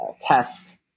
test